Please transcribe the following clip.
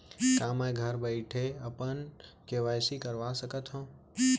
का मैं घर बइठे अपन के.वाई.सी करवा सकत हव?